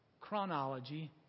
chronology